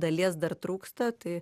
dalies dar trūksta tai